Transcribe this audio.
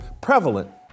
prevalent